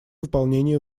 выполнении